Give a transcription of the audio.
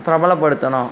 பிரபலப்படுத்தணும்